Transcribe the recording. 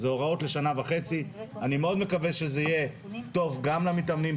זה הוראות לשנה וחצי אני מאוד מקווה שזה יהיה טוב גם למתאמנים,